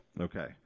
okay